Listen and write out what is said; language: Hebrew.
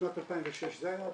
בשנת 2006 זה היה הדוח,